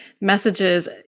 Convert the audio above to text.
messages